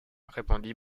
répondit